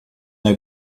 der